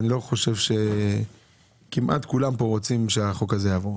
אני חושב שכמעט כולם פה רוצים שהחוק הזה יעבור.